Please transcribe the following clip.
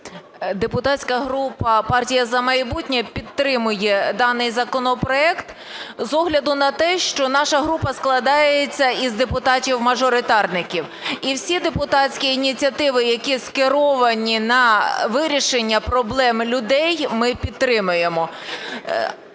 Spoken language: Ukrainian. Депутатська група "Партія "За майбутнє" підтримує даний законопроект, з огляду на те, що наша група складається із депутатів-мажоритарників. І всі депутатські ініціативи, які скеровані на вирішення проблем людей, ми підтримуємо.